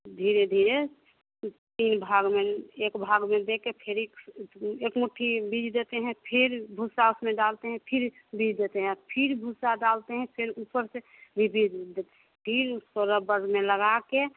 धीरे धीरे तीन भाग में एक भाग में दे के फिर एक मुट्ठी बीज देते हैं फिर भूसा उसमें डालते हैं फिर बीज देते हैं औ फिर भूसा डालते हैं फिर ऊपर से ये बीज फिर रबड़ में लगा के